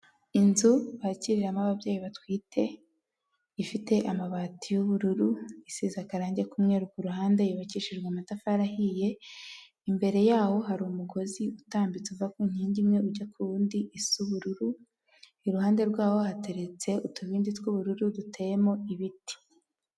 Inzu bakiriramo ababyeyi batwite, ifite amabati y'ubururu, isize akarangi k'umweru ku ruhande yubakishijwe amatafari ahiye, imbere yaho hari umugozi utambitse uva ku nkingi imwe ujya ku wundi isa ubururu, iruhande rwaho hateretse utubindi tw'ubururu duteyemo ibiti.